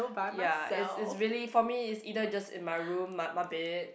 ya it's it's really for me is either just in my room my my bed